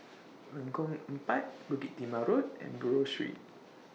Lengkong Empat Bukit Timah Road and Buroh Street